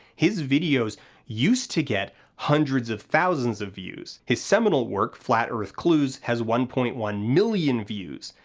his videos used to get hundreds of thousands of views. his seminal work, flat earth clues, has one point one million views.